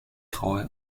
graue